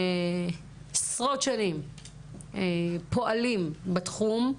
שעשרות שנים פועלים בתחום,